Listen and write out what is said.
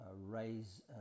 raise